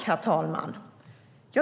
Herr talman!